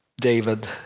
David